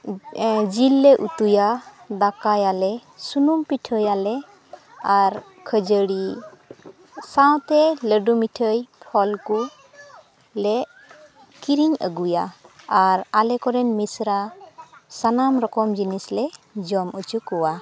ᱡᱤᱞ ᱞᱮ ᱩᱛᱩᱭᱟ ᱫᱟᱠᱟᱭᱟᱞᱮ ᱥᱩᱱᱩᱢ ᱯᱤᱴᱷᱟᱹᱭᱟᱞᱮ ᱟᱨ ᱠᱷᱟᱹᱡᱟᱹᱲᱤ ᱥᱟᱶᱛᱮ ᱞᱟᱹᱰᱩ ᱢᱤᱴᱷᱟᱹᱭ ᱯᱷᱚᱞᱠᱩ ᱞᱮ ᱠᱤᱨᱤᱧ ᱟᱹᱜᱩᱭᱟ ᱟᱨ ᱟᱞᱮ ᱠᱚᱨᱮᱱ ᱢᱤᱥᱨᱟ ᱥᱟᱱᱟᱢ ᱠᱚᱨᱚᱢ ᱡᱤᱱᱤᱥ ᱞᱮ ᱡᱚᱢ ᱚᱪᱚ ᱠᱚᱣᱟ